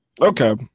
okay